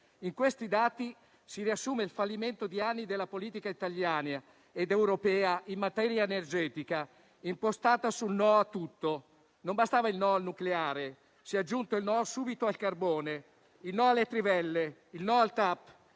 In questi dati si riassume il fallimento di anni della politica italiana ed europea in materia energetica, impostata sul no a tutto. Non bastava il no al nucleare: si è aggiunto il no subito al carbone, il no alle trivelle, il no al TAP,